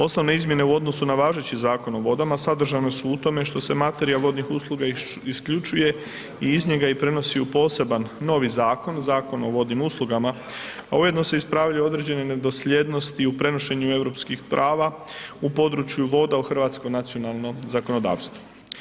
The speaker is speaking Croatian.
Osnovne izmjene u odnosu na važeći Zakon o vodama sadržane su u tome što se materija vodnih usluga isključuje i iz njega i prenosi u poseban novi zakon, Zakon o vodnim uslugama, a ujedno se ispravljaju određene nedosljednosti u prenošenju europskih prava u području voda u hrvatsko nacionalno zakonodavstvo.